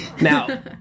Now